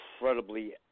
incredibly